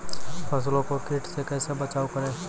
फसलों को कीट से कैसे बचाव करें?